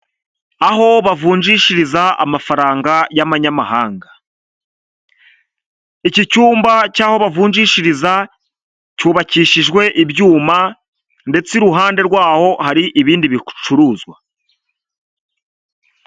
Aho bavunjishiriza amafaranga y'amanyamahanga. Iki cyumba cy'aho bavunjishiriza cyubakishijwe ibyuma, ndetse iruhande rwaho hari ibindi bicuruzwa.